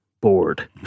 bored